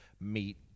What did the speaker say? meet